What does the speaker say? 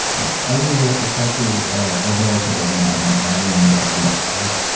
i remember i've talked to a relative of mine, a millennial. yeah she's like,